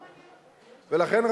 ולכן,